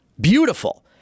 beautiful